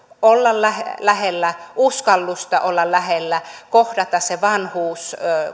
olla lähellä lähellä uskallusta olla lähellä kohdata se vanhuus